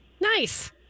Nice